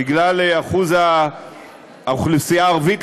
בגלל אחוז האוכלוסייה הערבית,